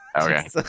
okay